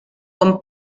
con